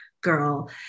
girl